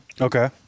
Okay